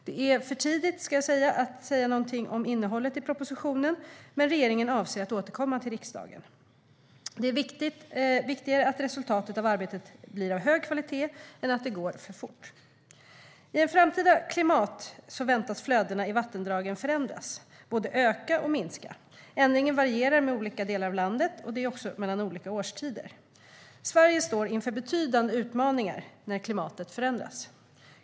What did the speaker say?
Det är för tidigt, ska jag säga, att säga någonting om innehållet i propositionen, men regeringen avser att återkomma till riksdagen. Det är viktigare att resultatet av arbetet blir av hög kvalitet än att det går för fort.I ett framtida klimat väntas flödena i vattendragen förändras, både öka och minska. Ändringen varierar mellan olika delar av landet men också mellan olika årstider. Sverige står inför betydande utmaningar när klimatet förändras.